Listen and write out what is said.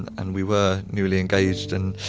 and we were newly engaged, and